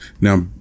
Now